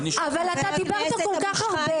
אבל אתה דיברת כל כך הרבה.